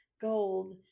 gold